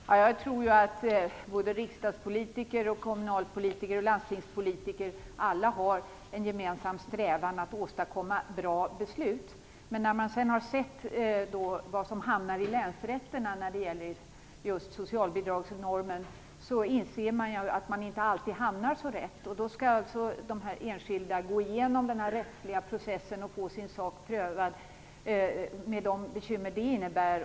Herr talman! Jag tror ju att såväl riksdagspolitiker som kommunalpolitiker och landstingspolitiker har en gemensam strävan att åstadkomma bra beslut. Men när man har sett vad som hamnar i länsrätten när det gäller just socialbidragsnormen inser man att man inte alltid hamnar så rätt. Då skall alltså den enskilda människan gå igenom den rättsliga processen och få sin sak prövad med de bekymmer det innebär.